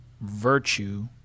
virtue